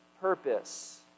purpose